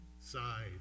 side